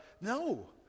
No